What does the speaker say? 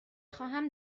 خواهم